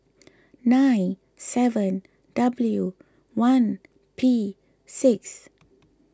nine seven W one P six